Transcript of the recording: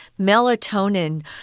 melatonin